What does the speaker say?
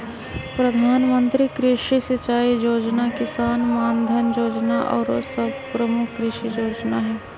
प्रधानमंत्री कृषि सिंचाई जोजना, किसान मानधन जोजना आउरो सभ प्रमुख कृषि जोजना हइ